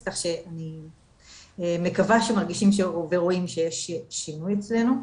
כך שאני מקווה שמרגישים ורואים שיש שינוי אצלנו.